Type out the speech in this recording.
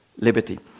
liberty